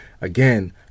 again